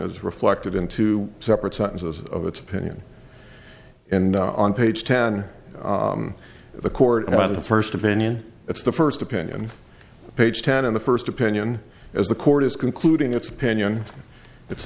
is reflected in two separate sentences of it's opinion and on page ten the court of the first opinion it's the first opinion page ten in the first opinion as the court is concluding its